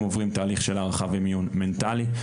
הם עוברים תהליך של הערכה ומיון מנטלי,